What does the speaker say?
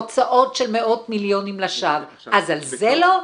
והוצאות של מאות מיליונים לשווא, אז על זה לא?